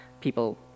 people